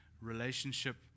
relationship